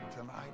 tonight